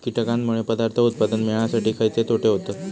कीटकांनमुळे पदार्थ उत्पादन मिळासाठी खयचे तोटे होतत?